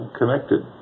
connected